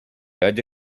halla